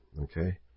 Okay